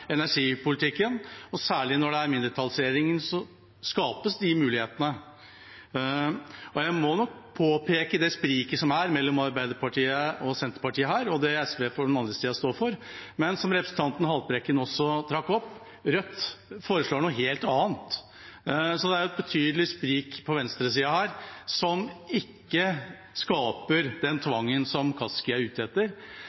energipolitikken. Særlig når det er mindretallsregjering, skapes mulighetene. Jeg må påpeke spriket mellom Arbeiderpartiet og Senterpartiet her, og det SV på den andre siden står for. Men som representanten Haltbrekken også trakk opp: Rødt foreslår noe helt annet. Det er et betydelig sprik på venstresiden som ikke skaper den